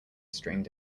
stringed